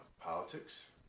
politics